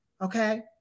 Okay